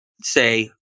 say